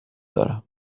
دارم